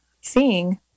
seeing